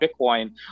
Bitcoin